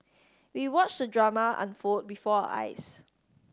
we watched the drama unfold before our eyes